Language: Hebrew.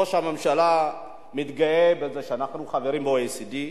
ראש הממשלה מתגאה בזה שאנחנו חברים ב-OECD,